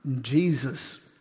Jesus